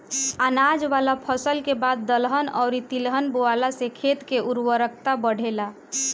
अनाज वाला फसल के बाद दलहन अउरी तिलहन बोअला से खेत के उर्वरता बढ़ेला